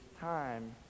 time